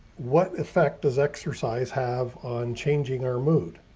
what effect does exercise have on changing our mood?